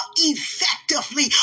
effectively